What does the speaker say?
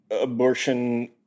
abortion-